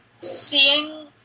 seeing